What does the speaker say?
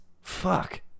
Fuck